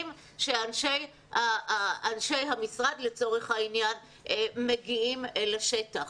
שאנשי המשרד לצורך העניין מגיעים אל השטח.